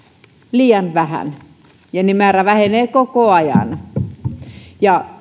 liian vähän ja heidän määränsä vähenee koko ajan ja